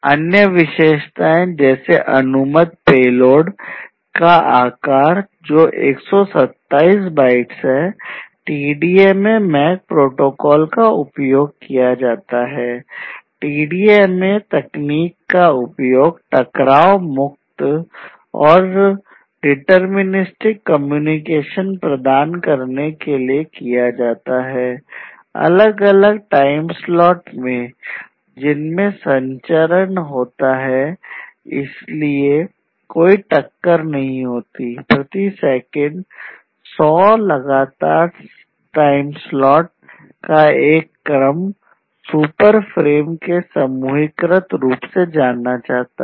अन्य विशेषताएं जैसे अनुमत पेलोड के समूहीकृत रूप में जाना जाता है